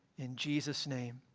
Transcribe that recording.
in jesus name,